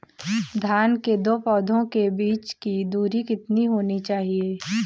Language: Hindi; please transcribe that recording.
धान के दो पौधों के बीच की दूरी कितनी होनी चाहिए?